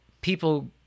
people